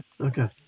Okay